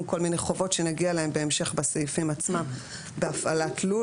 כל מיני חובות שנגיע אליהן בהמשך בסעיפים עצמם בהפעלת לול.